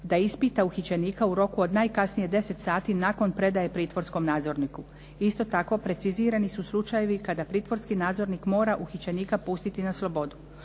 da ispita uhićenika u roku od najkasnije 10 sati nakon predaje pritvorskom nadzorniku. Isto tako, precizirani su slučajevi kada pritvorski nadzornik mora uhićenika pustiti na slobodu.